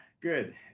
Good